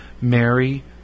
Mary